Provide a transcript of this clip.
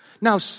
Now